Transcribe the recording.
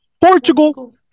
Portugal